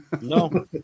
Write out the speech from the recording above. No